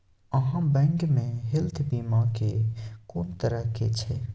आहाँ बैंक मे हेल्थ बीमा के कोन तरह के छै?